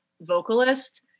vocalist